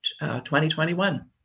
2021